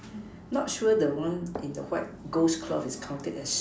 not sure the one in the white ghost cloth is counted as